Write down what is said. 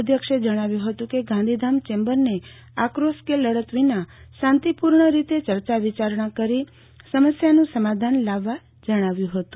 અધ્યક્ષે જણાવ્યુ હતું કે ગાંધીધામ ચેમ્બરને આક્રોસ કે લડત વિના શાંતિપુર્ણ રીતે ચર્ચા વિચારણા કરી સમસ્યાનું સમાધાન લાવવા જણાવ્યું હુતું